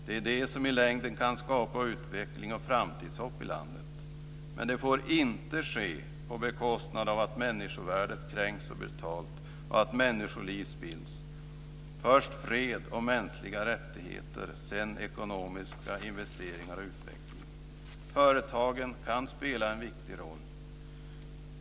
Det är detta som i längden kan skapa utveckling och framtidshopp i landet, men det får inte ske på bekostnad av att människovärdet kränks så brutalt och av att människoliv spills. Först fred och mänskliga rättigheter, sedan ekonomiska investeringar och utveckling. Företagen kan spela en viktig roll.